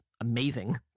amazing